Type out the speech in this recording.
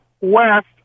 west